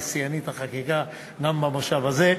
היא שיאנית החקיקה גם במושב הזה,